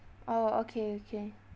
oh okay okay